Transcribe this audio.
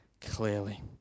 clearly